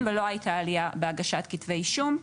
ולא הייתה עלייה בהגשת כתבי אישום.